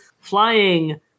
flying